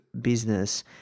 business